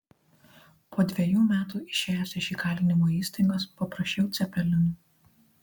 po dvejų metų išėjęs iš įkalinimo įstaigos paprašiau cepelinų